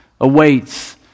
awaits